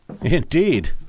Indeed